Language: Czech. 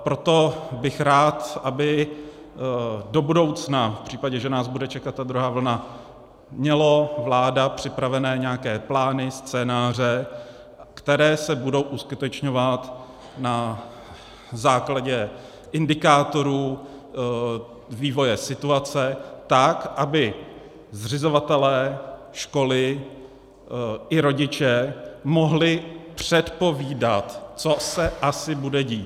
Proto bych rád, aby do budoucna v případě, že nás bude čekat ta druhá vlna, měla vláda připravené nějaké plány, scénáře, které se budou uskutečňovat na základě indikátorů vývoje situace tak, aby zřizovatelé školy i rodiče mohli předpovídat, co se asi bude dít.